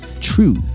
True